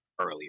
earlier